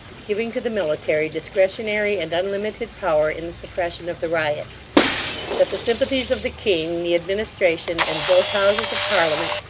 giving to the military, discretionary and unlimited power in the suppression of the riots that the sympathies of the king, the administration, and both houses of parliament,